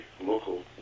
local